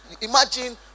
imagine